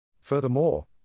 Furthermore